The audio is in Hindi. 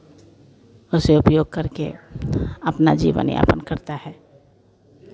उसे उपयोग करके अपना जीवन यापन करता है